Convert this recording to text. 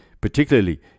particularly